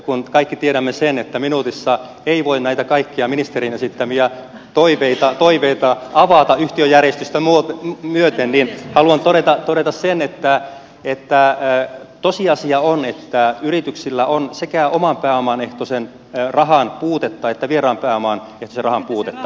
kun kaikki tiedämme sen että minuutissa ei voi näitä kaikkia ministerin esittämiä toiveita avata yhtiöjärjestystä myöten niin haluan todeta sen että tosiasia on että yrityksillä on sekä oman pääoman ehtoisen rahan puutetta että vieraan pääoman ehtoisen rahan puutetta